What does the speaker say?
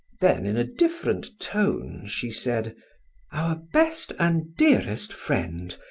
then in a different tone, she said our best and dearest friend,